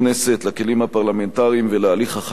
לכלים הפרלמנטריים ולהליך החקיקה.